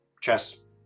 chess